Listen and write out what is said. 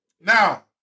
Now